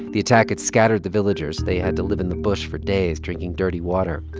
the attack had scattered the villagers. they had to live in the bush for days, drinking dirty water.